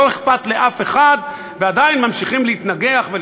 לא אכפת לאף אחד, ועדיין ממשיכים להתנגח.